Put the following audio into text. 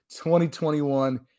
2021